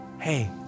hey